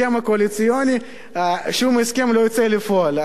בהסכם הקואליציוני, שום הסכם לא יוצא לפועל.